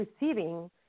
receiving